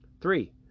Three